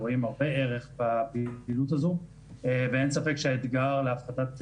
אנחנו רואים הרבה ערך בפעילות הזו ואין ספק שהאתגר להפחתת